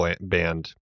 band